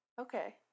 okay